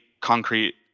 concrete